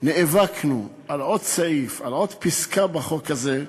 נאבקנו על עוד סעיף, על עוד פסקה בחוק הזה.